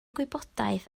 gwybodaeth